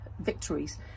victories